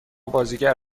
بازیگر